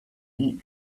eat